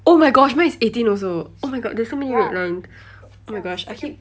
oh my gosh mine is eighteen also oh my god there's so many red lines oh my gosh I keep